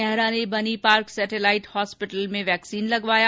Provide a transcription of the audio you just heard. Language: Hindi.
नेहरा ने बनीपार्क सेटेलाइट हॉस्पिटल में वैक्सीन लगवाया